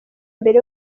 mbere